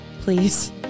please